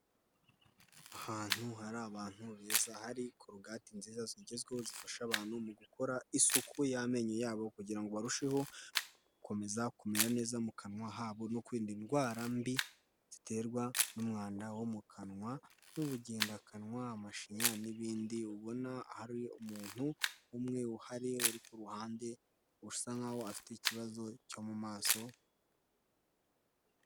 Ahantu hari abantu beza, hari korogati nziza zigezweho zifasha abantu mu gukora isuku y'amenyo yabo kugira ngo barusheho gukomeza kumera neza mu kanwa habo, no kwirinda indwara mbi ziterwa n'umwanda wo mu kanwa, nk'ubugendakanwa, amashinya n'ibindi, ubona hari umuntu umwe uhari uri ku ruhande, usa nk'aho afite ikibazo cyo mu maso...